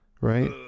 right